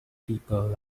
people